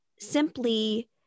simply